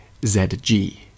ZG